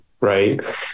Right